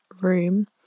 room